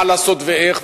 מה לעשות ואיך,